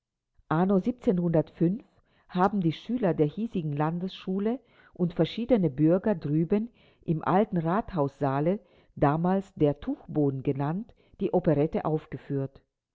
anno haben die schüler der hiesigen landesschule und verschiedene bürger drüben im alten rathaussaale damals der tuchboden genannt die operette aufgeführt